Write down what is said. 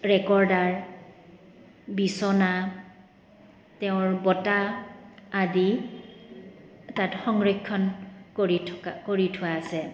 recorder বিচনা তেওঁৰ বঁটা আদি তাত সংৰক্ষণ কৰি থকা কৰি থোৱা আছে